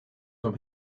from